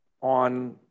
on